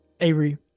Avery